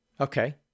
Okay